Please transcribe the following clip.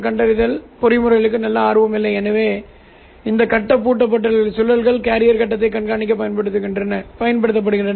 கட்டம் மற்றும் இருபடி கூறுகளை பிரித்தெடுப்பதற்காக இப்போது நான் இருப்பு புகைப்படக் கண்டுபிடிப்பைப் பயன்படுத்தலாம்